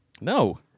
No